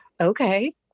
okay